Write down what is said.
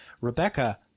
Rebecca